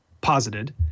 posited